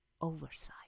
oversight